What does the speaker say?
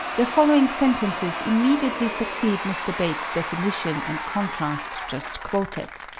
the following sentences immediately succeed mr. bates's definition and contrast just quoted